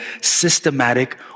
systematic